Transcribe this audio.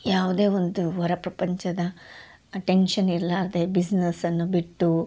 ಯಾವುದೇ ಒಂದು ಹೊರ ಪ್ರಪಂಚದ ಆ ಟೆನ್ಷನ್ ಇರ್ಲಾರದೆ ಬಿಸ್ನಸನ್ನು ಬಿಟ್ಟು